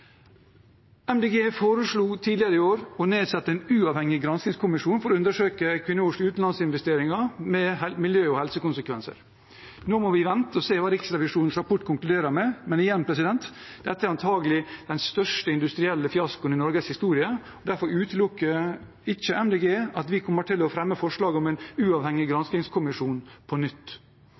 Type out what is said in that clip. foreslo tidligere i år å nedsette en uavhengig granskingskommisjon for å undersøke Equinors utenlandsinvesteringer med miljø- og helsekonsekvenser. Nå må vi vente og se hva Riksrevisjonens rapport konkluderer med, men dette er antagelig den største industrielle fiaskoen i Norges historie. Derfor utelukker ikke Miljøpartiet De Grønne at vi kommer til å fremme forslag om en uavhengig granskingskommisjon på nytt.